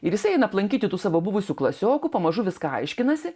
ir jisai eina aplankyti tų savo buvusių klasiokų pamažu viską aiškinasi